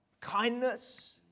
kindness